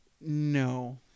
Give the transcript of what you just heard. No